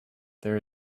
there